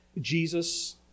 Jesus